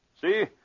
See